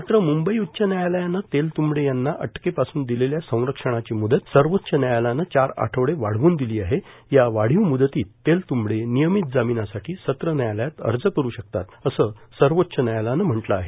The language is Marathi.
मात्र मुंबई उच्च न्यायालयानं तेलतंबडे यांना अटकेपासून दिलेल्या संरक्षणाची म्दत सर्वोच्च न्यायालयानं चार आठवडे वाढवून दिली आहे या वाढीव म्दतीत तेलत्ंबडे नियमित जामीनासाठी सत्र न्यायालयात अर्ज करू शकतात असं सर्वोच्च न्यायालयानं म्हटलं आहे